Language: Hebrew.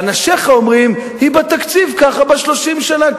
ואנשיך אומרים: היא בתקציב ככה 30 שנה,